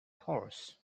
horse